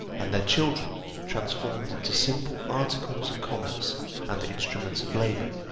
and their children transformed into simple articles of commerce and instruments of labour.